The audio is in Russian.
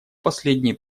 последние